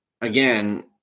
again